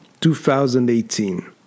2018